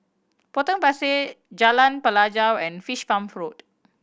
Potong Pasir Jalan Pelajau and Fish Farm Road